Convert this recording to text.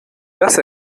das